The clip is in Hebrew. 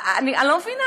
אני לא מבינה,